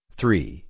three